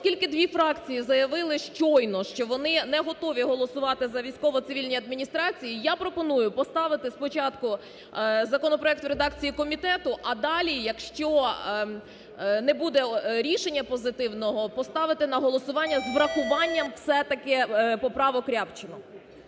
Оскільки дві фракції заявили щойно, що вони не готові голосувати за військово-цивільні адміністрації, я пропоную поставити спочатку законопроект в редакції комітету, а далі, якщо не буде рішення позитивного, поставити на голосування з врахуванням все-таки поправок Рябчина.